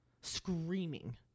Screaming